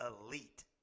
elite